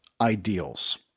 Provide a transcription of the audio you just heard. ideals